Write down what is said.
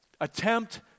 attempt